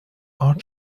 art